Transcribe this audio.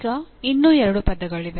ಈಗ ಇನ್ನೂ ಎರಡು ಪದಗಳಿವೆ